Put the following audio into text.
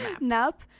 Nap